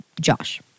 Josh